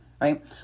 right